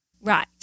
Right